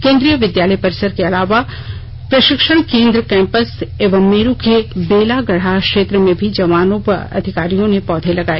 केंद्रीय विद्यालय परिसर के अलावा प्रशिक्षण केंद्र कैंपस एवं मेरु के बेला गढ़ा क्षेत्र में भी जवानों व अधिकारियों ने पौधे लगाए